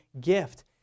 gift